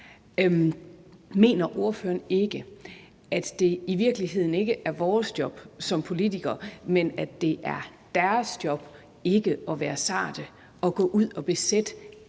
Mener ordføreren ikke, at det i virkeligheden ikke er vores job som politikere, men at det er deres job ikke at være sarte og gå ud og besætte